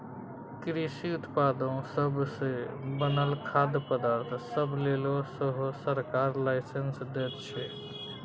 कृषि उत्पादो सब सँ बनल खाद्य पदार्थ सब लेल सेहो सरकार लाइसेंस दैत छै